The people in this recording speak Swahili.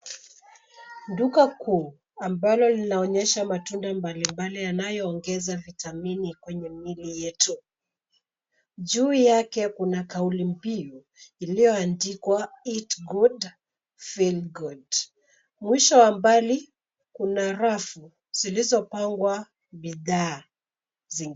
Duka kuu ambalo linaonyesha matunda mbalimbali yanayoongeza vitamini kwenye miili yetu. Juu yake kuna kauli mbinu ilioandikwa eat good, feel good . Mwisho wa mbali kuna rafu zilizopangwa bidhaa zingine.